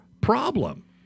problem